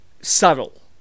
subtle